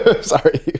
sorry